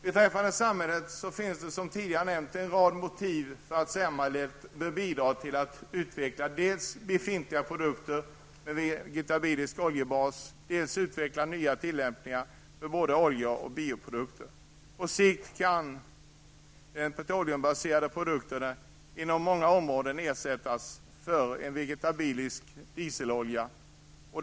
Beträffande samhället finns det en rad motiv för att samhället bör bidra till att utveckla dels befintliga produkter med vegetabilisk oljebas, dels utveckla nya tillämpningar för både olje och bioprodukter. På sikt bör petroleumbaserade produkter inom många områden ersättas med vegetabilisk dieselolja.